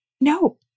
No